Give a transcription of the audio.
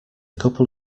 couple